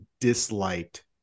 disliked